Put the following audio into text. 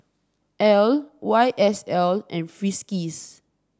Elle Y S L and Friskies